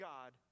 God